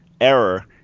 error